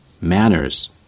manners